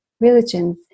religions